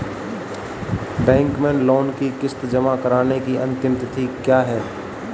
Bank में loan की किश्त जमा कराने की अंतिम तिथि क्या है?